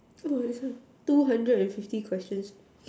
!wah! this one two hundred and fifty questions